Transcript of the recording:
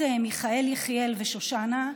ישראל ולחוקיה,